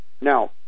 Now